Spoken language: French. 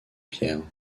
pierre